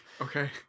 Okay